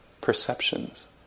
perceptions